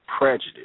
prejudice